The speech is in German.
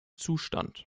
zustand